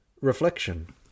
reflection